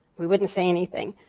we wouldn't say anything.